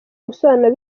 ubusobanuro